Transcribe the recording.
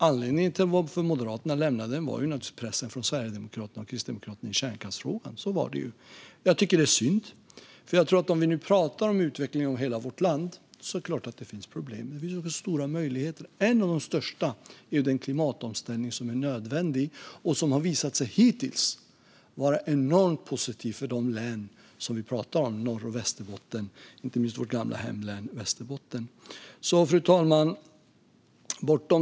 Anledningen till att Moderaterna lämnade överenskommelsen var pressen från Sverigedemokraterna och Kristdemokraterna i kärnkraftsfrågan; så var det. Jag tycker att det var synd. När det gäller utvecklingen av hela vårt land finns det såklart problem men också stora möjligheter. En av de största möjligheterna är den nödvändiga klimatomställningen, för den har hittills visat sig vara enormt positiv för de län vi talar om, Norrbotten och inte minst vårt gamla hemlän Västerbotten. Fru talman!